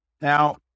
Now